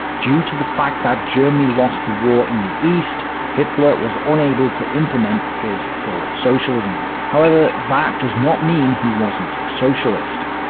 due to the fact that germany lost the war in the east, hitler was unable to implement his full-socialism. however, that does not mean he wasn't socialist.